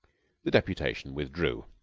the deputation withdrew.